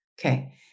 Okay